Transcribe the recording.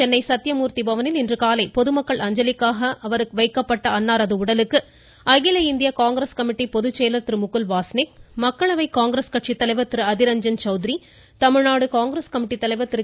சென்னை சத்தியழூர்த்தி பவனில் பொதுமக்கள் அஞ்சலிக்காக வைக்கப்பட்ட அன்னாரது உடலுக்கு அகில இந்திய காங்கிரஸ கமிட்டியின் பொதுச்செயலர் திரு முகுல் வாஸ்னிக் மக்களவை காங்கிரஸ் கட்சித்தலைவர் திரு அதிரஞ்சன் சௌத்ரி தமிழ்நாடு காங்கிரஸ் கமிட்டித்தலைவர் திரு